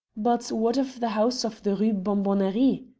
but what of the house of the rue bonbonnerie?